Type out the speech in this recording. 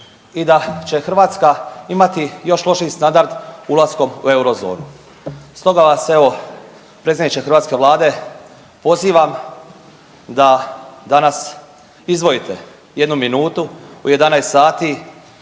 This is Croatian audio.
i da će Hrvatska imati još lošiji standard ulaskom u Eurozonu. Stoga vas evo predsjedniče hrvatske Vlade pozivam da danas izdvojite jednu minutu u 11